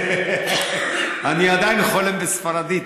אני עדיין חולם בספרדית,